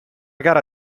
gara